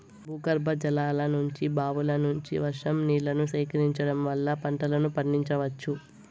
భూగర్భజలాల నుంచి, బావుల నుంచి, వర్షం నీళ్ళను సేకరించడం వల్ల పంటలను పండించవచ్చు